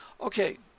Okay